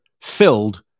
filled